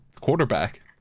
quarterback